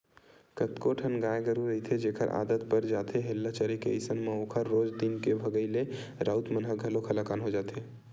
कतको ठन गाय गरु रहिथे जेखर आदत पर जाथे हेल्ला चरे के अइसन म ओखर रोज दिन के भगई ले राउत मन ह घलोक हलाकान हो जाथे